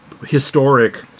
historic